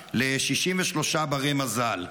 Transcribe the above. הבאה ל-63 בני מזל.